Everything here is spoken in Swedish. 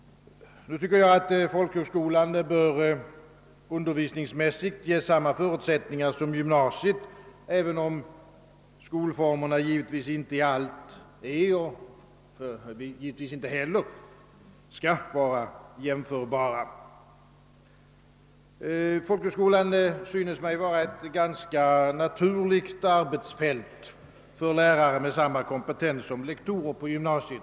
Jag anser att åt folkhögskolan under visningsmässigt bör ges samma förutsättningar som gymnasiet har, även om skolformerna givetvis i allt inte är och inte heller bör vara jämförbara. Folkhögskolan synes mig vara ett ganska naturligt arbetsfält för lärare med samma kompetens som lektorer på gymnasiet.